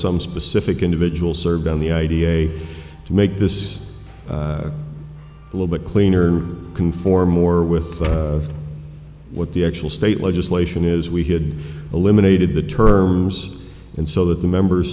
some specific individual served on the idea to make this a little bit cleaner conform more with what the actual state legislation is we had eliminated the terms and so that the members